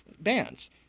bands